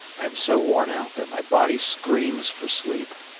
i am so worn out that my body screams for sleep,